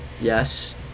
Yes